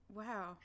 wow